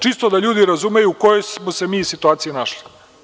Čisto da ljudi razumeju u kojoj smo se mi situaciji našli.